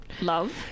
Love